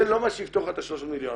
זה לא מה שיפתור לך את ה-300 מיליון.